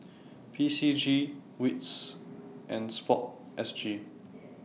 P C G WITS and Sport S G